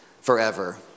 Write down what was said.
forever